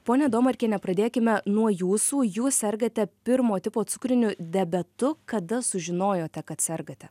ponia domarkiene pradėkime nuo jūsų jūs sergate pirmo tipo cukriniu diabetu kada sužinojote kad sergate